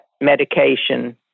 medication